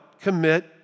commit